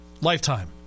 Lifetime